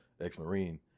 ex-Marine